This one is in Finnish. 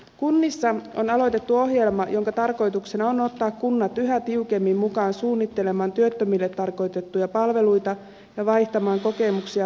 kunnissa on aloitettu ohjelma jonka tarkoituksena on ottaa kunnat yhä tiukemmin mukaan suunnittelemaan työttömille tarkoitettuja palveluita ja vaihtamaan kokemuksia parhaista käytännöistä